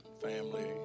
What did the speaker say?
family